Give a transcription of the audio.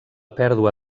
pèrdua